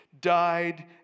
died